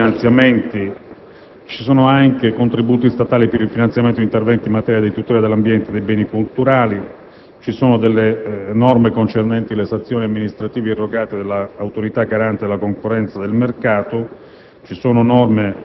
alcuni finanziamenti. Sono previsti anche contributi statali per il finanziamento di interventi in materia di tutela dell'ambiente e dei beni culturali. Vi sono poi norme concernenti le sanzioni amministrative erogate dall'Autorità garante della concorrenza e del mercato